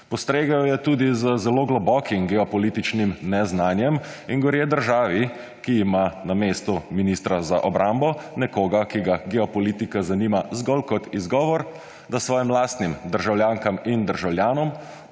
Postregel je tudi z zelo globokim geopolitičnim neznanjem in gorje državi, ki ima na mestu ministra za obrambo nekoga, ki ga geopolitika zanima zgolj kot izgovor, da svojim lastnim državljankam in državljanom